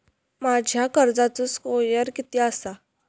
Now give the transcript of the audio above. माझ्या कर्जाचो स्कोअर किती आसा?